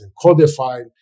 codified